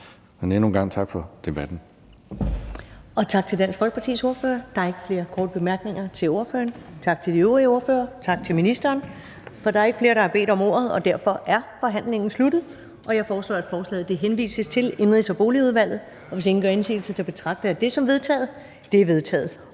en gang tak for debatten.